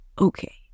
Okay